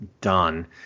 done